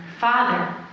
Father